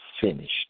finished